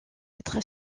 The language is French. être